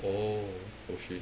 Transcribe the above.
oh oh shit